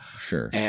sure